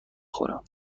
خورم